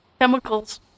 chemicals